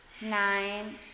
nine